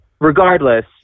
regardless